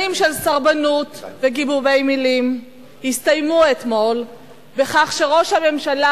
שנים של סרבנות וגיבובי מלים הסתיימו אתמול בכך שראש הממשלה